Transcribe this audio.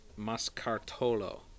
Mascartolo